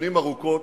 שנים ארוכות,